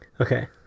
Okay